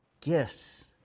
gifts